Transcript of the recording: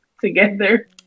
together